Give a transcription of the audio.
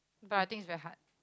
but I think it's very hard